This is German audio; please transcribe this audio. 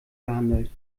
gehandelt